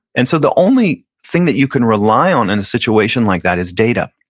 and so the only thing that you can rely on in a situation like that is data.